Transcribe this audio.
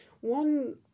one